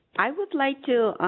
i would like to